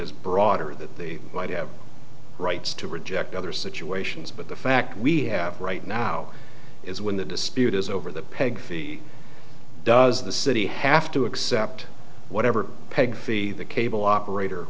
is broader that they might have rights to reject other situations but the fact we have right now is when the dispute is over the peg does the city have to accept whatever peg fee the cable operator